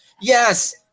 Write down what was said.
yes